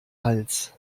hals